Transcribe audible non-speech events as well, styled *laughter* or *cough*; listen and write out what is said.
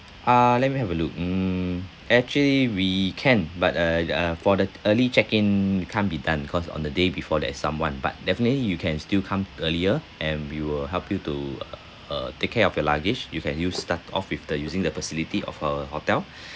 ah let me have a look mm actually we can but uh uh for the early check in it can't be done because on the day before there is someone but definitely you can still come earlier and we will help you to *noise* uh take care of your luggage you can use start off with the using the facility of our hotel